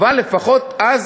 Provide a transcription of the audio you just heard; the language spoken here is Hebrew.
אבל לפחות אז